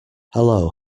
hello